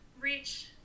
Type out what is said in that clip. reach